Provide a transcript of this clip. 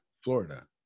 Florida